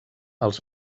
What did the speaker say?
els